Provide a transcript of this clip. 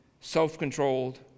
self-controlled